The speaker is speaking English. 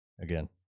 again